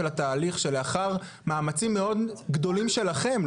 של התהליך שלאחר מאמצים מאוד גדולים שלכם,